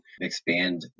expand